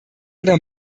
oder